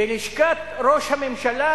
בלשכת ראש הממשלה,